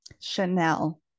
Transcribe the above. Chanel